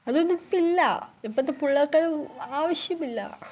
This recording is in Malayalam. അതൊന്നും ഇപ്പം ഇല്ല ഇപ്പത്തെ പിള്ളേർക്കത് ആവശ്യമില്ല